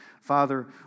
Father